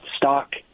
stock